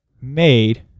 made